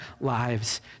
lives